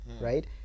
right